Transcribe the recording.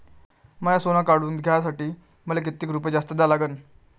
माय सोनं काढून घ्यासाठी मले कितीक रुपये जास्त द्या लागन?